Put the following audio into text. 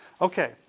Okay